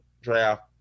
draft